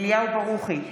אליהו ברוכי,